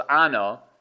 Anna